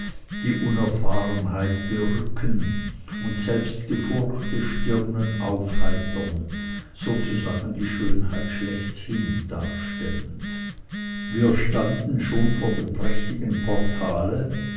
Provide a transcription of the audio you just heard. die unerfahrenheit berücken und selbst gefurchte stirnen aufheitern sozusagen die schönheit schlechthin darstellend wir standen schon vor dem prächtigen portale